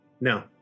No